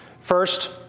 First